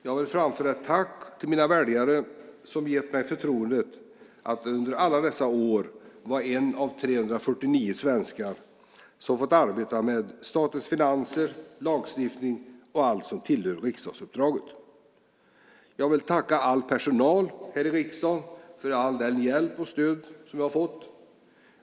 Jag vill framföra ett tack till mina väljare, som gett mig förtroendet att under alla dessa år vara en av 349 svenskar som fått arbeta med statens finanser och lagstiftning och allt som tillhör riksdagsuppdraget. Jag vill tacka all personal här i riksdagen för all den hjälp och allt det stöd jag har fått.